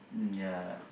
mm ya